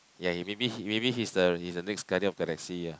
ya he maybe he maybe he's the he's the next Guardian of the Galaxy ah